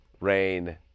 rain